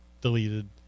deleted